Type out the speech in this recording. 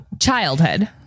Childhood